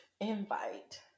Invite